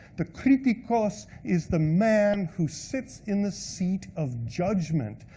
the kritikos is the man who sits in the seat of judgment.